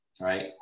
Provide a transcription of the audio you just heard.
right